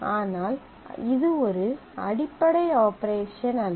ஆனால் இது ஒரு அடிப்படை ஆபரேஷன் அல்ல